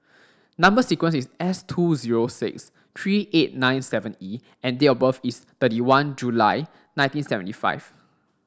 number sequence is S two zero six three eight nine seven E and date of birth is thirty one July nineteen seventy five